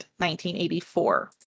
1984